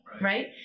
Right